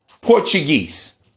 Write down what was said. Portuguese